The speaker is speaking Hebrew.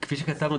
כפי שכתבנו,